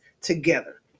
together